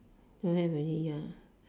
don't have already ya